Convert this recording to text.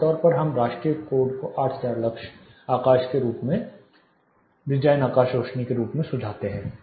आमतौर पर हम राष्ट्रीय कोड को 8000 लक्स आकाश के रूप में डिजाइन आकाश रोशनी के रूप में सुझाते हैं